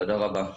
תודה רבה.